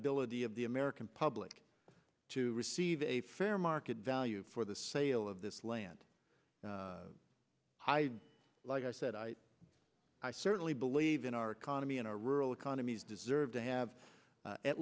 ability of the american public to receive a fair market value for the sale of this land high like i said i i certainly believe in our economy and our rural economies deserve to have